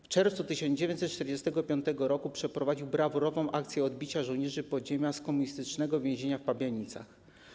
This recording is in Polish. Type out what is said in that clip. W czerwcu 1945 r. przeprowadził brawurową akcję odbicia żołnierzy podziemia z komunistycznego więzienia w Pabianicach.